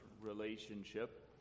relationship